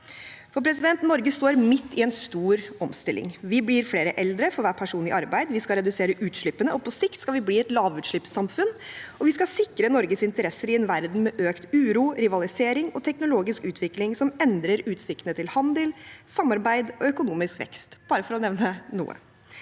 konsekvensene. Norge står midt i en stor omstilling. Vi blir flere eldre for hver person i arbeid. Vi skal redusere utslippene, og på sikt skal vi bli et lavutslippssamfunn. Vi skal også sikre Norges interesser i en verden med økt uro, rivalisering og en teknologisk utvikling som endrer utsiktene til handel, samarbeid og økonomisk vekst – bare for å nevne noe.